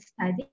study